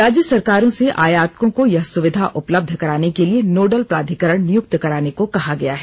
राज्य सरकारों से आयातकों को यह सुविधा उपलब्ध कराने के लिए नोडल प्राधिकरण नियुक्त कराने को कहा गया है